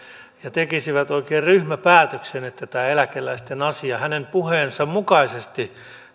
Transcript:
tekisivät oikein ryhmäpäätöksen että tämä eläkeläisten asia hänen puheensa mukaisesti